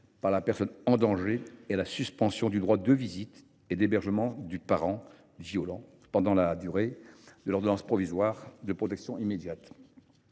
par la personne en danger et à la suspension du droit de visite et d’hébergement du parent violent pendant la durée de l’ordonnance provisoire de protection immédiate.